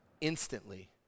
instantly